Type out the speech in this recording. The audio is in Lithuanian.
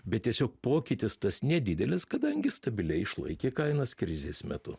bet tiesiog pokytis tas nedidelis kadangi stabiliai išlaikė kainas krizės metu